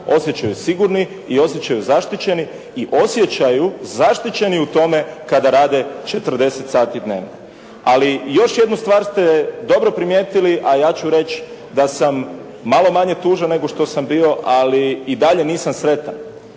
osjećaju sigurni i osjećaju zaštićeni i osjećaju zaštićeni u tome kada rade 40 sati dnevno. Ali, još jednu stvar ste dobro primjetili, a ja ću reći da sam malo manje tužan nego što sam bio, ali i dalje nisam sretan,